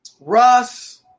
Russ